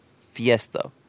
fiesta